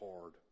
hard